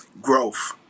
growth